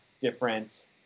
different